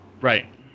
Right